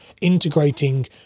integrating